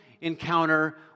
encounter